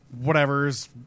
whatever's